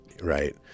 right